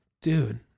dude